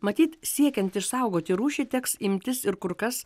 matyt siekiant išsaugoti rūšį teks imtis ir kur kas